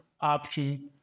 option